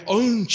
own